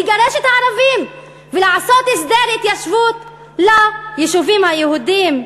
לגרש את הערבים ולעשות הסדר התיישבות ליישובים היהודיים.